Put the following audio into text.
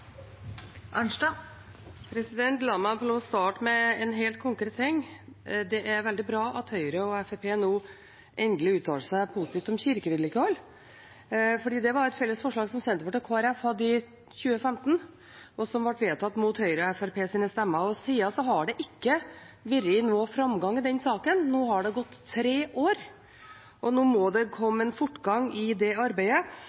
veldig bra at Høyre og Fremskrittspartiet nå endelig uttaler seg positivt om kirkevedlikehold, for det hadde Senterpartiet og Kristelig Folkeparti et felles forslag om i 2015, og som ble vedtatt mot Høyres og Fremskrittspartiets stemmer. Siden har det ikke vært noe framgang i den saken. Nå har det gått tre år, og nå må det